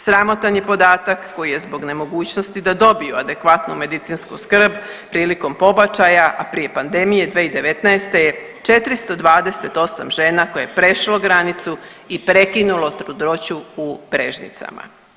Sramotan je podatak koji je zbog nemogućnosti da dobiju adekvatnu medicinsku skrb prilikom pobačaja, a prije pandemije 2019. je 428 žena koje je prešlo granicu i prekinulo trudnoću u Brežicama.